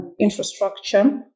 infrastructure